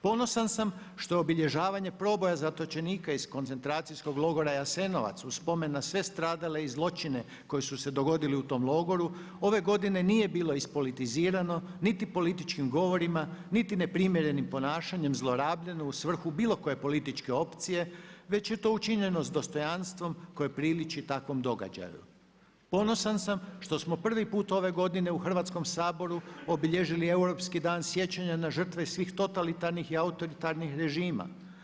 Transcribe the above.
Ponosan sam što je obilježavanje proboja zatočenika iz koncentracijskog logora Jasenovac u spomen na sve stradale i zločine koji su se dogodili u tom logoru ove godine nije bilo ispolitizirano niti političkim govorima, niti neprimjerenim ponašanjem zlorabljeno u svrhu bilo koje političke opcije, već je to učinjeno s dostojanstvom koje priliči takvom događaju Ponosan sam što smo prvi put ove godine u Hrvatskom saboru obilježili Europski dan sjećanja na žrtve svih totalitarnih i autoritarnih režima.